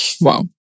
wow